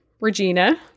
Regina